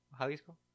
Jalisco